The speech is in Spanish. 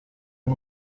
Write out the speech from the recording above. han